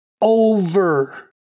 over